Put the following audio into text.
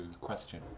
question